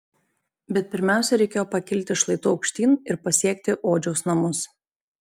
bet pirmiausia reikėjo pakilti šlaitu aukštyn ir pasiekti odžiaus namus